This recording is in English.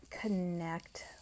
connect